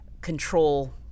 control